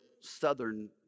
southern